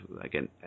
again